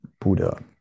Buddha